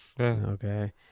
okay